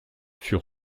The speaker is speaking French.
fut